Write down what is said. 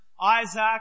Isaac